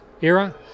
era